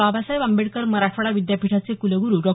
बाबासाहेब आंबेडकर मराठवाडा विद्यापीठाचे कुलगुरू डॉ